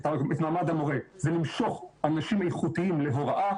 מעמד המורה זה למשוך אנשים איכותיים להוראה,